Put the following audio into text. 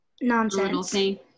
nonsense